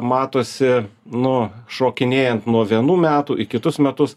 matosi nuo šokinėjant nuo vienų metų į kitus metus